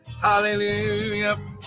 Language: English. Hallelujah